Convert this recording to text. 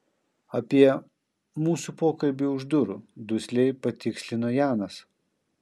apie mūsų pokalbį už durų dusliai patikslino janas